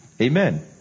Amen